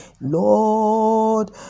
lord